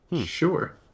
sure